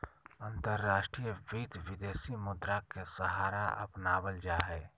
अंतर्राष्ट्रीय वित्त, विदेशी मुद्रा के सहारा अपनावल जा हई